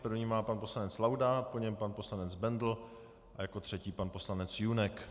První má pan poslanec Laudát, po něm pan poslanec Bendl a jako třetí pan poslanec Junek.